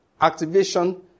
activation